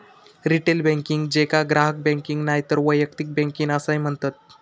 retail banking, जेका ग्राहक banking नायतर वैयक्तिक बँकिंग असाय म्हणतत